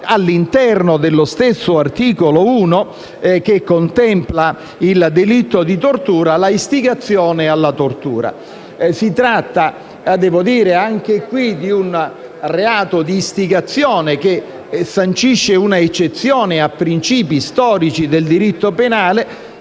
all'interno dello stesso articolo 1 che contempla il delitto di tortura, l'istigazione alla tortura. Si tratta anche qui di un reato di istigazione che sancisce un'eccezione a principi storici del diritto penale,